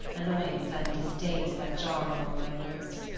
annoyance, and distaste that jarred along my nerves.